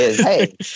hey